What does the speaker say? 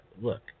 Look